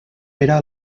era